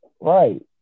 Right